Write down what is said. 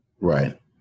Right